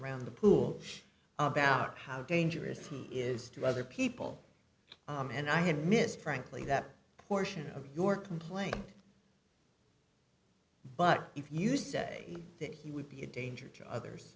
around the pool about how dangerous it is to other people and i had missed frankly that portion of your complaint but if you say that you would be a danger to others